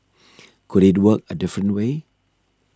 could it work a different way